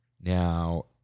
Now